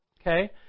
Okay